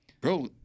Bro